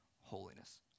holiness